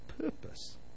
purpose